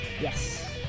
Yes